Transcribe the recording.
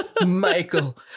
michael